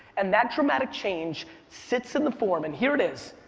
and that dramatic change sits in the form, and here it is,